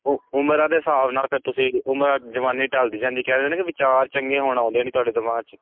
ਉਹ ਉਮਰਾਂ ਦੇ ਹਿਸਾਬ ਨਾਲ ਫਿਰ ਤੁਸੀਂ ਉਮਰਾਂ ਜਵਾਨੀ ਢਲਦੀ ਜਾਂਦੀ ਕਹਿੰਦੇ ਕਿ ਵਿਚਾਰ ਚੰਗੇ ਹੁਣ ਆਉਂਦੇ ਨਹੀਂ ਤੁਹਾਡੇ ਦਿਮਾਗ 'ਚ